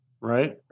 right